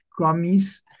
gummies